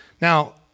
Now